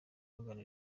bagana